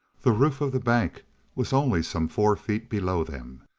the roof of the bank was only some four feet below them,